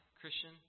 Christian